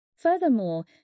Furthermore